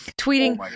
tweeting